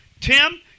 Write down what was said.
Tim